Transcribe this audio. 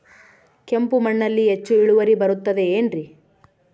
ಕೆಂಪು ಮಣ್ಣಲ್ಲಿ ಹೆಚ್ಚು ಇಳುವರಿ ಬರುತ್ತದೆ ಏನ್ರಿ?